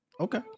okay